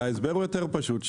ההסבר הוא יותר פשוט.